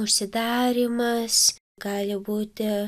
užsidarymas gali būti